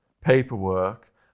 paperwork